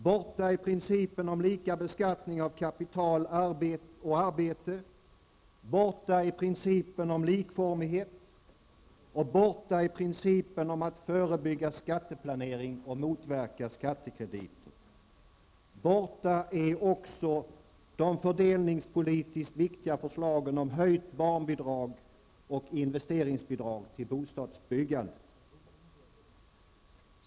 Borta är principen om lika beskattning av kapital och arbete, principen om likformighet och principen om att förebygga skatteplanering och motverka skattekrediter. Borta är också de fördelningspolitiskt viktiga förslagen om höjt barnbidrag och investeringsbidrag till bostadsbyggandet.